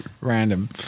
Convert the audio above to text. random